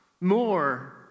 more